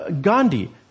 Gandhi